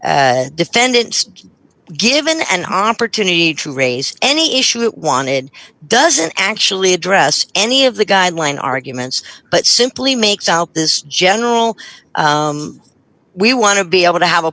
defendants are given an opportunity to raise any issue it wanted doesn't actually address any of the guideline arguments but simply makes out this general we want to be able to have a